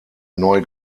neu